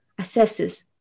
assesses